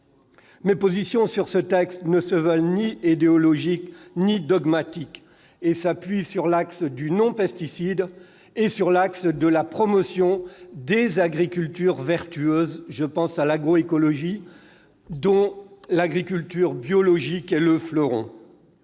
Mes positions sur ce texte, qui ne se veulent ni idéologiques ni dogmatiques, s'appuient sur ces deux axes : le « non-pesticides » et la promotion des agricultures vertueuses- je pense à l'agroécologie, dont l'agriculture biologique est le fleuron.